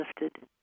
lifted